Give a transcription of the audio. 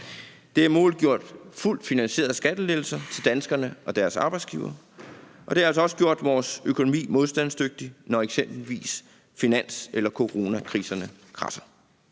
Det har muliggjort fuldt finansierede skattelettelser til danskerne og deres arbejdsgivere, og det har altså også gjort vores økonomi modstandsdygtig, når eksempelvis finans- eller coronakriserne kradser.